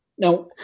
Now